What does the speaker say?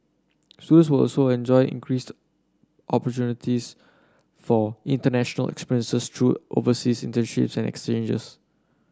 students will also enjoy increased opportunities for international experiences through overseas internships and exchanges